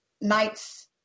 nights